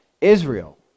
Israel